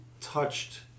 touched